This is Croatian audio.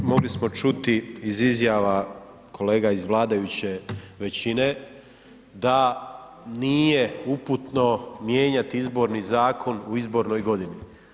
Mogli smo čuti iz izjava kolega iz vladajuće većine da nije uputno mijenjati izborni zakon u izbornoj godini.